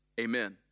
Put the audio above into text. amen